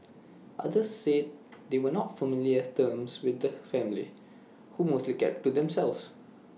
others said they were not familiar terms with the family who mostly kept to themselves